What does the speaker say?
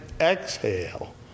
exhale